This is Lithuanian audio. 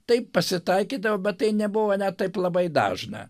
taip pasitaikydavo bet tai nebuvo net taip labai dažna